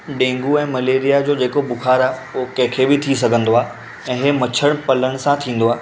dengue ऐं malaria जो जेको बुख़ारु आहे उहो कंहिं खे बि थी सघंदो आहे ऐं मच्छर पलण सां थींदो आहे